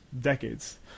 decades